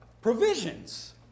provisions